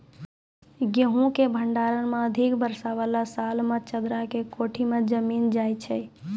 गेहूँ के भंडारण मे अधिक वर्षा वाला साल मे चदरा के कोठी मे जमीन जाय छैय?